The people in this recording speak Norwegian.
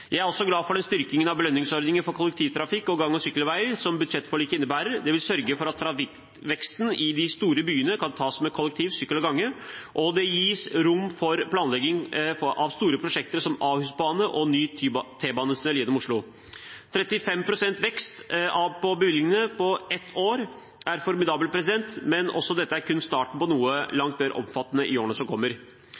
Jeg er også glad for den styrkingen av belønningsordningen for kollektivtrafikk og gang- og sykkelveier som budsjettforliket innebærer. Det vil sørge for at trafikkveksten i de store byene kan tas med kollektivtransport, sykkel og gange, og det gis rom for planlegging av store prosjekter som Ahusbanen og ny T-banetunnel gjennom Oslo. 35 pst. vekst i bevilgningene på ett år er formidabelt, men også dette er kun starten på noe